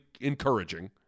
encouraging